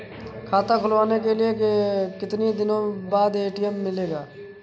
खाता खुलवाने के कितनी दिनो बाद ए.टी.एम मिलेगा?